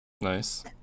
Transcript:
nice